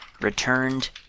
returned